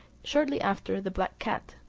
shortly after the black cat,